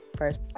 First